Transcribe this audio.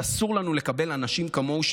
שאסור לנו לקבל אנשים כמוהו,